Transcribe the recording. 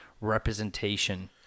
representation